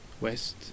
west